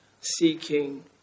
seeking